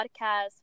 podcast